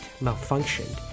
malfunctioned